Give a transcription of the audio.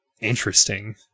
interesting